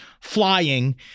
flying